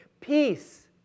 Peace